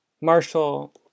Marshall